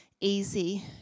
easy